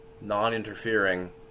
non-interfering